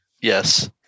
yes